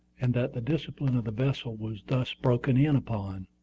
and that the discipline of the vessel was thus broken in upon.